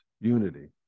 unity